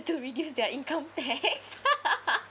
to reduce their income tax